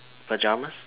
pajamas